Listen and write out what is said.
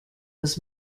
was